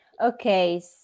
Okay